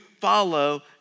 follow